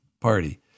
party